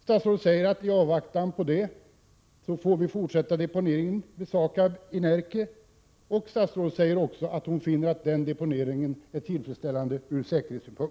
Statsrådet säger att vi i avvaktan på detta får fortsätta deponeringen vid SAKAB i Närke, och hon säger också att hon finner att den deponeringen är tillfredsställande ur säkerhetssynpunkt.